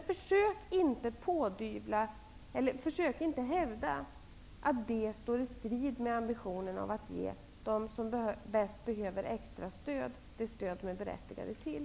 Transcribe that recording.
Försök inte hävda att detta står i strid med ambitionen att ge dem som bäst behöver extrastöd, det stöd de är berättigade till.